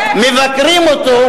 מבקרים אותו,